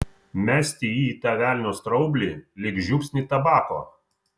mesti jį į tą velnio straublį lyg žiupsnį tabako